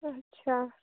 ଆଚ୍ଛା